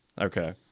okay